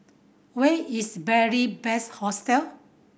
where is Beary Best Hostel